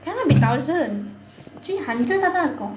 cannot be thousand three hundred ah தான் இருக்கும்:thaan irukkum